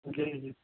جی جی